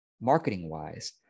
marketing-wise